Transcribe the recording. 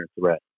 threat